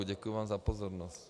Děkuji vám za pozornost.